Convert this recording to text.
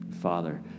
Father